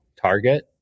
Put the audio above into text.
target